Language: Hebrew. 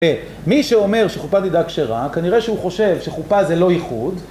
מי שאומר שחופת נידה כשרה, כנראה שהוא חושב שחופה זה לא ייחוד